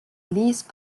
least